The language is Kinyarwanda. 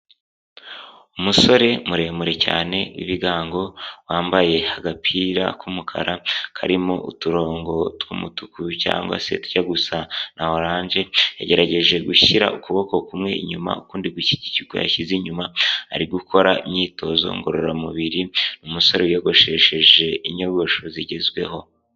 Umusore muremure cyane w'ibigango, wambaye agapira k'umukara karimo uturongo tw'umutuku cyangwa se tujya gusa na oranje, yagerageje gushyira ukuboko kumwe inyuma, ukundi gushyigikiye uko yashyize inyuma, ari gukora imyitozo ngororamubiri, umusore wiyogoshesheje inyogosho zigezweho.